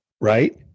right